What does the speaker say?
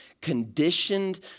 conditioned